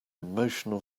emotional